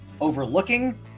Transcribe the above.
overlooking